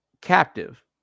captive